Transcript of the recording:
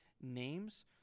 names